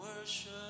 worship